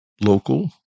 local